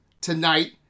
tonight